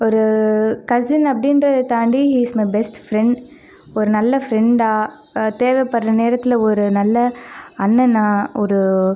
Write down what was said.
ஒரு கசின் அப்படின்றத தாண்டி he is my best friend ஒரு நல்ல ஃபிரெண்டாக தேவைப்படுற நேரத்தில் ஒரு நல்ல அண்ணனா ஒரு